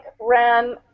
ran